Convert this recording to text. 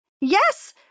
yes